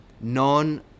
Non